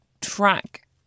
track